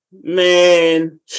man